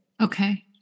Okay